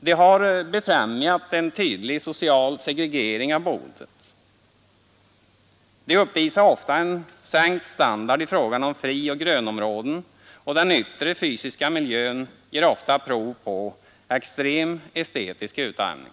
De har befrämjat en tydlig social segregering av boendet, de uppvisar ofta exempel på sänkt standard i fråga om frioch grönområden, och den yttre fysiska miljön ger ofta prov på en extrem estetisk utarmning.